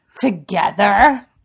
together